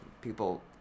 people